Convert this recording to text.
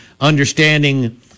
understanding